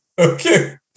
Okay